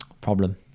problem